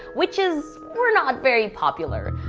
witches were not very popular.